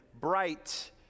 bright